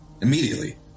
immediately